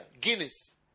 Guinness